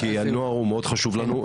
כי הנוער הוא מאוד חשוב לנו,